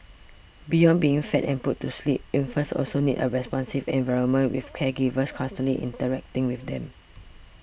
beyond being fed and put to sleep infants also need a responsive environment with caregivers constantly interacting with them